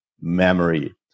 memory